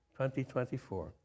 2024